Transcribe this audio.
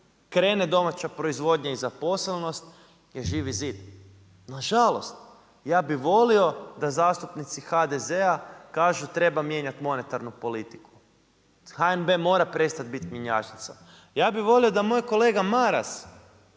krene domaća proizvodnja i zaposlenost, je Živi zid. Nažalost, ja bi volio da zastupnici HDZ-a kažu treba mijenjati monetarnu politiku. HNB mora prestat biti mjenjačnica. Ja bi volio da moj kolega Maras